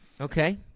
okay